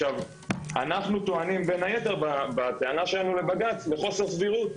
עכשיו אנחנו טוענים בין היתר בטענה שלנו לבג"צ לחוסר סבירות,